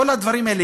כל הדברים האלה,